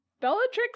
bellatrix